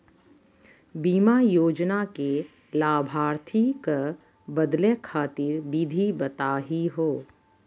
बीमा योजना के लाभार्थी क बदले खातिर विधि बताही हो?